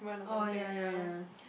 oh ya ya ya